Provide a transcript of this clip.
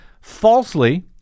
falsely